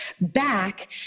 back